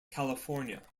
california